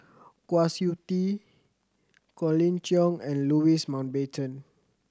Kwa Siew Tee Colin Cheong and Louis Mountbatten